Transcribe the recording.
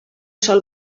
sol